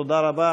תודה רבה